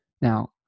Now